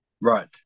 Right